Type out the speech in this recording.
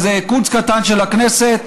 איזה קונץ קטן של הכנסת,